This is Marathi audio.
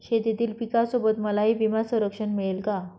शेतीतील पिकासोबत मलाही विमा संरक्षण मिळेल का?